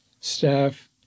staff